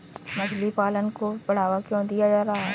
मछली पालन को बढ़ावा क्यों दिया जा रहा है?